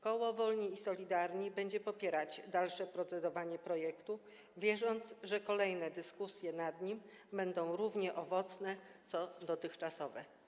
Koło Wolni i Solidarni będzie popierać dalsze procedowanie nad projektem, wierząc, że kolejne dyskusje nad nim będą równie owocne jak dotychczasowe.